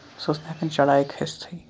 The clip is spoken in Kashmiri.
سُہ اوس نہٕ ہٮ۪کان چڑایہِ کھستٕے